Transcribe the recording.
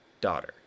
daughter